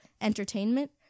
entertainment